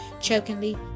chokingly